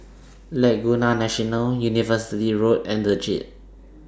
Laguna National University Road and The Jade